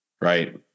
right